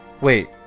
Wait